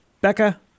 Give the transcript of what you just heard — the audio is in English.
Becca